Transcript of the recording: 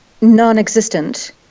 non-existent